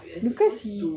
true lah